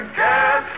get